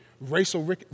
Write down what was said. racial